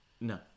No